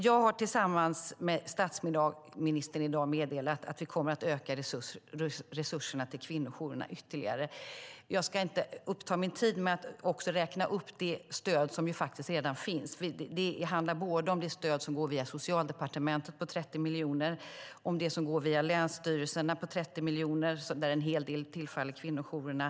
Jag har tillsammans med statsministern i dag meddelat att vi kommer att öka resurserna till kvinnojourerna ytterligare. Jag ska inte uppta min talartid med att räkna upp det stöd som redan finns, men det handlar om stöd som går via Socialdepartementet på 30 miljoner och via länsstyrelserna på 30 miljoner, där en hel del tillfaller kvinnojourerna.